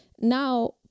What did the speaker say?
now